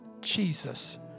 Jesus